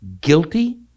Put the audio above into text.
guilty